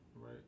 Right